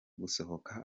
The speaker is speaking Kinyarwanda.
gusohoka